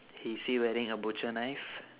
is he wearing a butcher knife